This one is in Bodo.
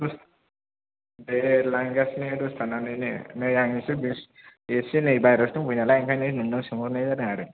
दे लांगासिनो दसे थानानैनो नै आं एसे बेस्ट' एसे नै बाहेरायावसो दंफैयो नालाय ओंखायनो नोंनाव सोंहरनाय जादों आरो